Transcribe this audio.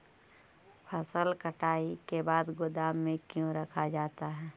फसल कटाई के बाद गोदाम में क्यों रखा जाता है?